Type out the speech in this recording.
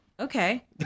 Okay